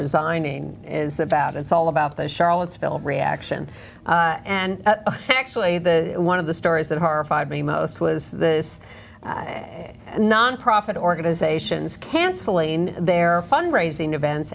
resigning is about it's all about the charlottesville reaction and actually the one of the stories that horrified me most was the non profit organizations cancel a in their fund raising event